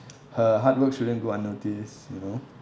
her hard work shouldn't go unnoticed you know